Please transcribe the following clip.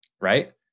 Right